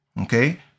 Okay